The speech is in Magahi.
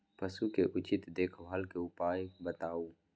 पशु के उचित देखभाल के उपाय बताऊ?